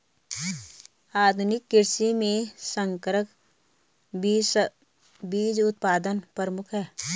आधुनिक कृषि में संकर बीज उत्पादन प्रमुख है